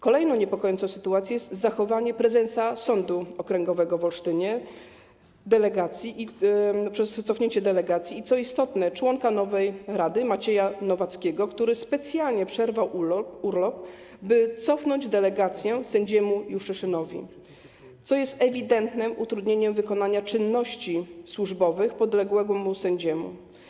Kolejną niepokojącą sytuacją jest zachowanie prezesa Sądu Rejonowego w Olsztynie - czyli cofnięcie delegacji - i, co istotne, członka nowej rady Macieja Nowackiego, który specjalnie przerwał urlop, by cofnąć delegację sędziemu Juszczyszynowi, co jest ewidentnym utrudnieniem wykonywania czynności służbowych przez podległego mu sędziego.